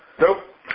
Nope